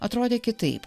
atrodė kitaip